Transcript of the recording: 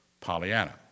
Pollyanna